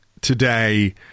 today